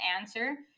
answer